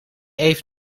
even